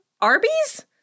Arby's